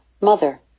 Mother